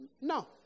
No